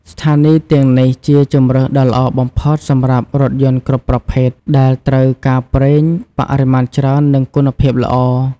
ស្ថានីយ៍ទាំងនេះជាជម្រើសដ៏ល្អបំផុតសម្រាប់រថយន្តគ្រប់ប្រភេទដែលត្រូវការប្រេងបរិមាណច្រើននិងគុណភាពល្អ។